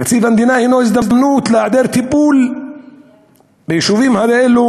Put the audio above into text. תקציב המדינה הנו הזדמנות להיעדר טיפול ביישובים האלה,